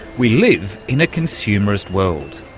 we live in a consumerist world.